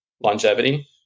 longevity